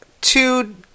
two